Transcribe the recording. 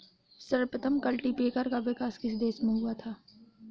सर्वप्रथम कल्टीपैकर का विकास किस देश में हुआ था?